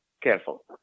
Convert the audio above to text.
careful